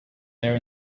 there